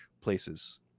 places